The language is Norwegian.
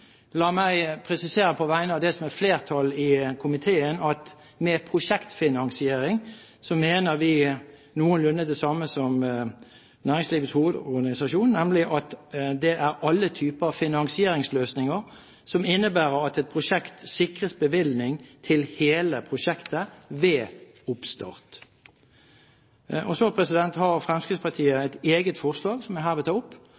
La meg presisere, på vegne av det som er et flertall i komiteen, at med prosjektfinansiering mener vi noenlunde det samme som Næringslivets Hovedorganisasjon, nemlig at det er alle typer finansieringsløsninger som innebærer at et prosjekt sikres bevilgning til hele prosjektet ved oppstart. Så har Fremskrittspartiet et eget forslag, som jeg herved tar opp,